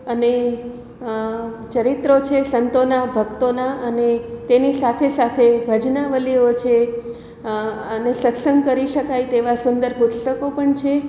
અને ચરિત્રો છે સંતોના ભક્તોના અને તેની સાથે સાથે ભજનાવલીઓ છે અને સત્સંગ કરી શકાય તેવા સુંદર પુસ્તકો પણ છે